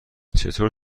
چطور